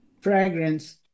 fragrance